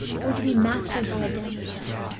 or to be mastered by a despot,